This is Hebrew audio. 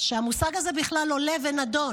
שהמושג הזה בכלל עולה ונדון.